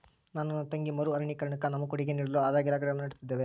ನಾನು ನನ್ನ ತಂಗಿ ಮರು ಅರಣ್ಯೀಕರಣುಕ್ಕ ನಮ್ಮ ಕೊಡುಗೆ ನೀಡಲು ಆದಾಗೆಲ್ಲ ಗಿಡಗಳನ್ನು ನೀಡುತ್ತಿದ್ದೇವೆ